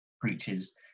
preaches